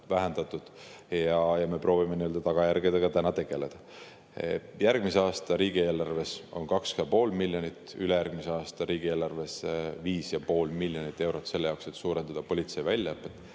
vähendatud. Me proovime tagajärgedega tegeleda. Järgmise aasta riigieelarves on 2,5 miljonit ja ülejärgmise aasta riigieelarves 5,5 miljonit eurot selle jaoks, et suurendada politsei väljaõpet.